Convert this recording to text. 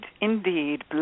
indeed